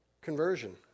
conversion